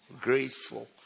Graceful